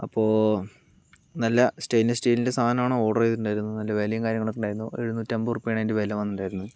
അപ്പോൾ നല്ല സ്റ്റെയിൻലെസ്സ് സ്റ്റീലിൻ്റെ സാധനമാണ് ഓർഡർ ചെയ്തിട്ടുണ്ടായിരുന്നത് നല്ല വിലയും കാര്യങ്ങളൊക്കെ ഉണ്ടായിരുന്നു എഴുന്നൂറ്റി അൻപത് റുപ്യയാണ് അതിൻ്റെ വില വന്നിട്ടുണ്ടായിരുന്നത്